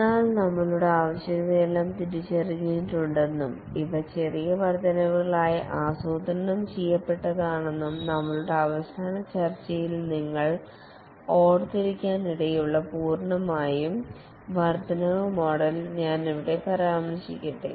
എന്നാൽ ഞങ്ങളുടെ ആവശ്യകതയെല്ലാം തിരിച്ചറിഞ്ഞിട്ടുണ്ടെന്നും ഇവ ചെറിയ വര്ധനവുകളായി ആസൂത്രണം ചെയ്യപ്പെട്ടതാണെന്നും ഞങ്ങളുടെ അവസാന ചർച്ചയിൽ നിന്ന് നിങ്ങൾ ഓർത്തിരിക്കാനിടയുള്ള പൂർണ്ണമായും വർദ്ധനവ് മോഡലിൽ ഞാൻ ഇവിടെ പരാമർശിക്കട്ടെ